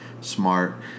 smart